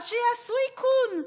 שיעשו איכון,